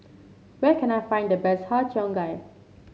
where can I find the best Har Cheong Gai